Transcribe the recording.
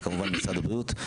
וכמובן משרד הבריאות.